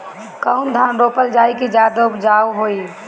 कौन धान रोपल जाई कि ज्यादा उपजाव होई?